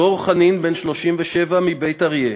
דרור חנין, בן 37, מבית-אריה,